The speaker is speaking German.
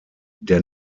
der